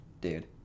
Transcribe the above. dude